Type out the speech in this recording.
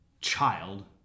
child